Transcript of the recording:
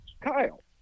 Kyle